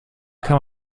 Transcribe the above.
kann